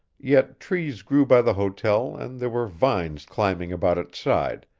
yet trees grew by the hotel and there were vines climbing about its side,